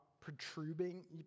protruding